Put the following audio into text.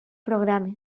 programes